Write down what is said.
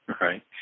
Right